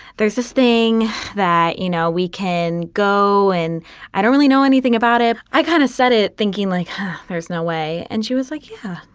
there's this thing that, you know, we can go and i don't really know anything about it. it. i kind of set it thinking like there's no way. and she was like, yeah,